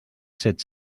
set